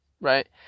right